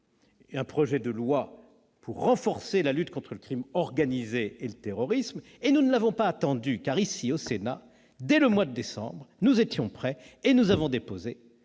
un projet de loi visant à renforcer la lutte contre le crime organisé et le terrorisme. Nous ne l'avons pas attendu : dès le mois de décembre, nous étions prêts et nous avons déposé